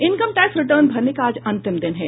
income tax return भरने का आज अंतिम दिन है